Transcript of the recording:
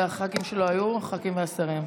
היו, הח"כים והשרים.